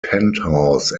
penthouse